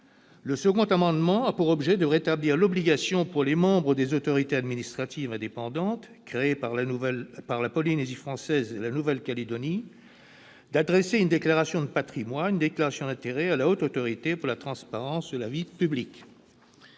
Le second amendement a pour objet de rétablir l'obligation, pour les membres des autorités administratives indépendantes créées par la Polynésie française et par la Nouvelle-Calédonie, d'adresser une déclaration de patrimoine et une déclaration d'intérêts à la Haute Autorité pour la transparence de la vie publique.